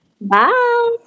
Bye